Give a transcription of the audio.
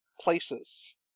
places